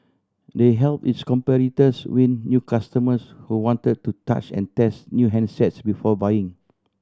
they help its competitors win new customers who wanted to touch and test new handsets before buying